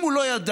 אם הוא לא ידע